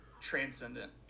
transcendent